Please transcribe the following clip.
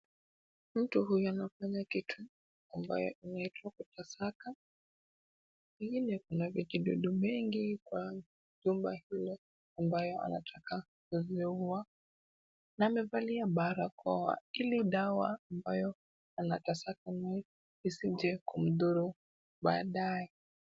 Mtu huyu anafanya kitu ambayo inaitwa kutasaka. Pengine kuna vijidudu vingi kwa nyumba hilo ambayo anataka kuviua na amevalia barakoa ili dawa ambayo anatasaka nayo isije kumdhuru baadaye.